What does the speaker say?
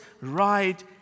right